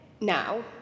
now